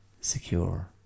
secure